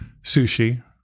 sushi